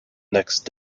next